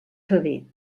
faver